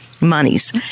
monies